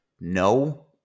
no